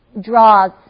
draws